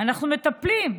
אנחנו מטפלים.